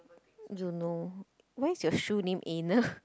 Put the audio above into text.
you know why is your shoe name anal